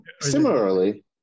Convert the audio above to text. Similarly